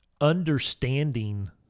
understanding